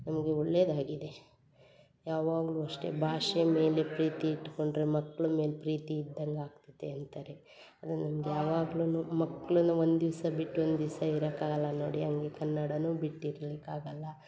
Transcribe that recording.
ನಮಗೆ ಒಳ್ಳೆಯದು ಆಗಿದೆ ಯಾವಾಗ್ಲೂ ಅಷ್ಟೇ ಭಾಷೆ ಮೇಲೆ ಪ್ರೀತಿ ಹಿಡ್ಕೊಂಡ್ರೆ ಮಕ್ಳ ಮೇಲೆ ಪ್ರೀತಿ ಇದ್ದಂತೆ ಆಗ್ತೈತಿ ಅಂತಾರೆ ಅದು ನಮ್ಗೆ ಯಾವಾಗ್ಲೂ ಮಕ್ಳನ್ನ ಒಂದು ದಿವಸ ಬಿಟ್ಟು ಒಂದು ದಿವಸ ಇರೋಕೆ ಆಗಲ್ಲ ನೋಡಿ ಹಂಗೆ ಕನ್ನಡವೂ ಬಿಟ್ಟು ಇರ್ಲಿಕ್ಕೆ ಆಗಲ್ಲ